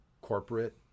corporate